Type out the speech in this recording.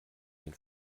den